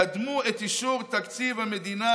קדמו את אישור תקציב המדינה,